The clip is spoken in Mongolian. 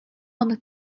хоног